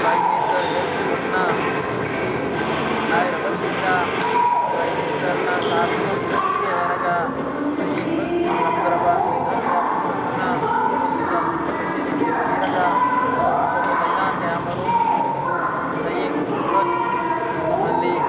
prime minister ꯍꯦꯜ ꯌꯣꯖꯅꯥ ꯍꯥꯏꯗꯤ ꯂꯥꯏꯔꯕꯁꯤꯡꯗ ꯄ꯭ꯔꯥꯏꯝ ꯃꯤꯅꯤꯁꯇꯔ ꯀꯥꯔꯠ ꯑꯃ ꯄꯤꯔꯦ ꯍꯥꯏꯔꯒ ꯂꯥꯏꯌꯦꯡꯕ ꯉꯝꯗ꯭ꯔꯕ ꯄꯩꯁꯥ ꯀꯌꯥ ꯄꯨꯊꯣꯛꯇꯨꯅ ꯍꯣꯁꯄꯤꯇꯥꯜꯁꯤꯡꯗ ꯐꯦꯁꯤꯂꯤꯇꯤꯁ ꯄꯤꯔꯒ ꯑꯆꯧ ꯑꯆꯧꯕ ꯂꯥꯏꯅꯥ ꯀꯌꯥꯃꯔꯣꯝꯕꯨ ꯂꯥꯏꯌꯦꯡꯕ ꯉꯝꯍꯜꯂꯤ